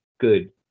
good